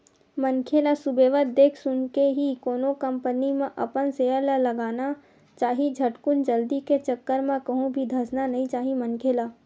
मनखे ल सुबेवत देख सुनके ही कोनो कंपनी म अपन सेयर ल लगाना चाही झटकुन जल्दी के चक्कर म कहूं भी धसना नइ चाही मनखे ल